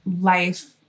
life